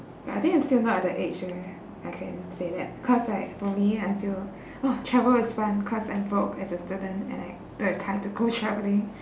ya I think I'm still not at the age where I can say that cause like for me I feel !wah! travel is fun cause I'm broke as a student and I don't have time to go travelling